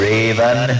Raven